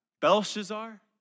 Belshazzar